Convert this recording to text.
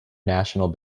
national